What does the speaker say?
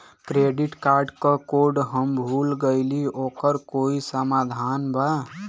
Credit card क code हम भूल गइली ओकर कोई समाधान बा?